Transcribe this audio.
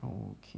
okay